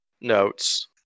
notes